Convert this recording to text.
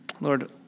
Lord